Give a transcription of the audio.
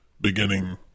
beginning